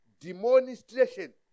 Demonstration